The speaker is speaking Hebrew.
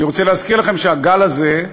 אני רוצה להזכיר לכם שהגל הזה,